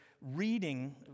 reading